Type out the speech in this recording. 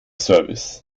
service